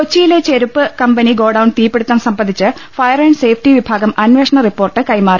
കൊച്ചിയിലെ ചെരുപ്പ് company godown തീപിടിത്തം സംബ ന്ധിച്ച് ഫയർ ആന്റ് സേഫ്റ്റി വിഭാഗം അന്വേഷണ റിപ്പോർട്ട് കൈമാറി